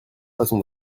façon